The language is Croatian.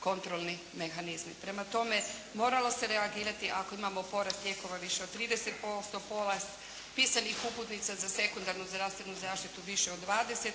kontrolni mehanizmi. Prema tome moramo se reagirati ako imamo porez lijekova više od 30% porast, pisanih uputnica za sekundarnu zdravstvenu zaštitu više od 20%